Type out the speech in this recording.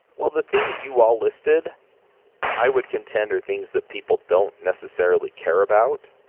well, the things you all listed i would contend are things that people don't necessarily care about.